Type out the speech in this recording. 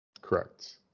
Correct